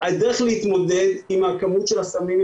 הדרך להתמודד עם הכמות של הסמים,